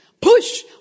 Push